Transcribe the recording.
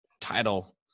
title